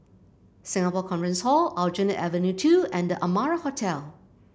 Singapore Conference Hall Aljunied Avenue Two and The Amara Hotel